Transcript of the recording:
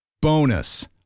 Bonus